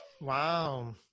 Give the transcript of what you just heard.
wow